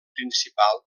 principal